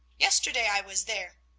yesterday i was there.